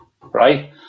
right